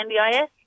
NDIS